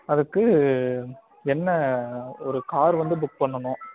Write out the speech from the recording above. அதற்கு என்ன ஒரு கார் வந்து புக் பண்ணணும்